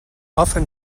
often